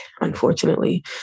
unfortunately